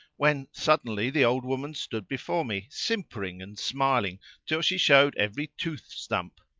when suddenly the old woman stood before me, simpering and smiling till she showed every tooth stump,